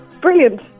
Brilliant